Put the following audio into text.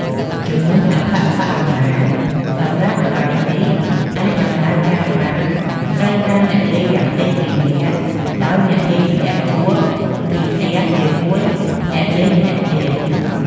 ចំនួនអប្បបរមាសម្រាប់ល្បែងនេះអាចដំណើរការបានត្រូវការអ្នកលេងយ៉ាងតិច ២ នាក់ ដោយអ្នកលេងម្នាក់គោះ ឬទះជាមួយអ្នកលេងម្នាក់ទៀត។